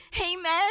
Amen